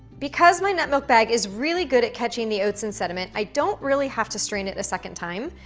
because my nut milk bag is really good at catching the coats and sediment, i don't really have to strain it a second time.